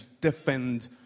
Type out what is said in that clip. defend